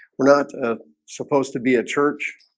we're not ah supposed to be a church